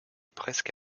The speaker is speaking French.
presque